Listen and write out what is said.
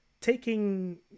taking